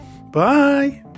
Bye